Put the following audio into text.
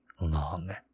long